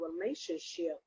relationship